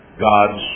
God's